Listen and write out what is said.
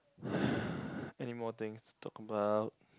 anymore things to talk about